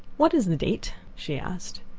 what is the date? she asked.